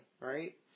right